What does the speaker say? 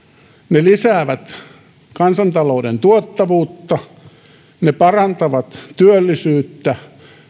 ne lisäävät kansantalouden tuottavuutta ne parantavat työllisyyttä